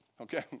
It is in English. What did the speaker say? Okay